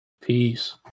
Peace